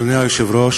אדוני היושב-ראש,